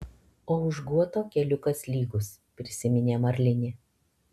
o už guoto keliukas lygus prisiminė marlinė